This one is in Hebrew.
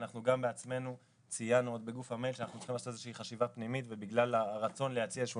אנחנו גם בעצמנו ציינו בגוף המייל שאנחנו צריכים לעשות איזושהי